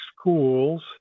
schools